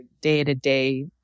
day-to-day